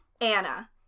Anna